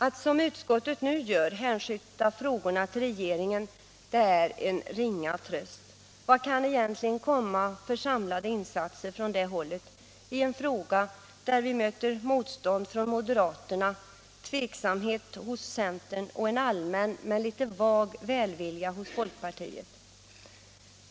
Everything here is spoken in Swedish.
Att utskottet nu hänskjuter frågorna till regeringen är en ringa tröst. Vad kan egentligen komma för samlade insatser från det hållet i en fråga där vi möter motstånd från moderaterna, tveksamhet hos centern och en allmän men litet vag välvilja hos folkpartiet?